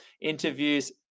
interviews